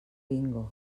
bingo